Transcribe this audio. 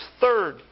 Third